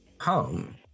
home